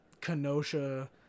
Kenosha